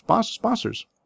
sponsors